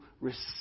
receive